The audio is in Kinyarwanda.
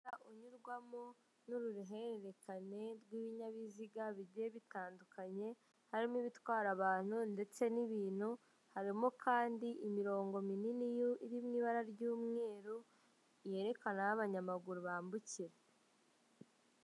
Unyurwamo n'uruhererekane rw'ibinyabiziga bigiye bitandukanye harimo ibitwara abantu ndetse n'ibintu harimo kandi imirongo minini iri mu ibara ry'umweru yerekana aho abanyamaguru bambukira.